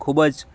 ખૂબ જ